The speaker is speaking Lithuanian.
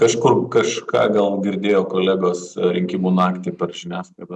kažkur kažką gal girdėjo kolegos rinkimų naktį per žiniasklaidą